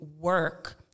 work